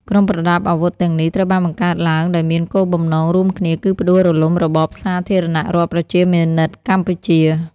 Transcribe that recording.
ក្រុមប្រដាប់អាវុធទាំងនេះ ត្រូវបានបង្កើតឡើងដោយមានគោលបំណងរួមគ្នាគឺផ្ដួលរំលំរបបសាធារណរដ្ឋប្រជាមានិតកម្ពុជា។